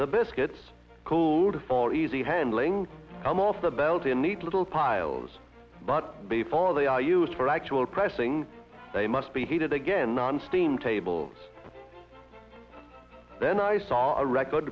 the biscuits called for easy handling come off the belt in neat little piles but before they are used for actual pressing they must be heated again on steam tables then i saw a record